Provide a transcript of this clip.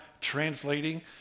translating